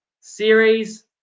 series